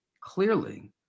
clearly